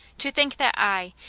to think that i,